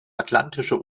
atlantische